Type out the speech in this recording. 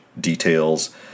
details